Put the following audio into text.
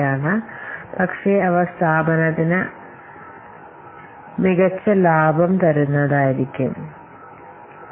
അവ മൂല്യവത്തായ ബാലൻസായിരിക്കും കാരണം അവർ കൂടുതൽ ലാഭം നൽകിയേക്കാമെന്നതിനാൽ ബിസിനസ്സോ പ്രോജക്റ്റുകളോ കൂടുതൽ അപകടസാധ്യതയുള്ളവയാണെന്ന് അവർക്കറിയാം